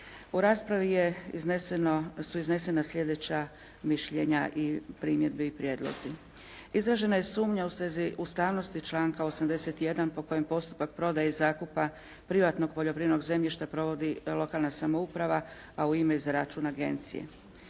U raspravi su iznesena slijedeća mišljenja, primjedbe i prijedlozi. Izražena je sumnja u svezi ustavnosti članka 81. po kojem postupak prodaje i zakupa privatnog poljoprivrednog zemljišta provodi lokalna samouprava a u ime i za račun agencije.